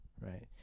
right